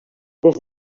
des